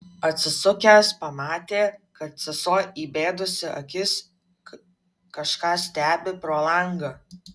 atsisukęs pamatė kad sesuo įbedusi akis kažką stebi pro langą